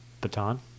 Baton